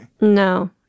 No